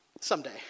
Someday